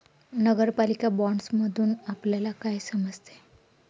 नगरपालिका बाँडसमधुन आपल्याला काय समजते?